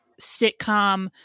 sitcom